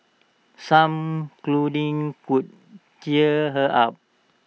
some cuddling could cheer her up